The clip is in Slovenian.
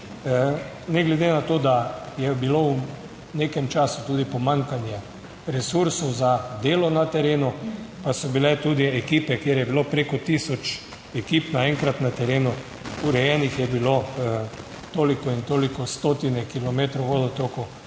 ne glede na to, da je bilo v nekem času tudi pomanjkanje resursov za delo na terenu, pa so bile tudi ekipe, kjer je bilo preko tisoč ekip naenkrat na terenu, urejenih je bilo toliko in toliko stotine kilometrov vodotokov.